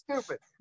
Stupid